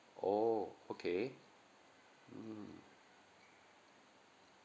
oh okay mmhmm